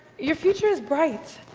your future is bright.